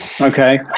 Okay